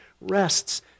rests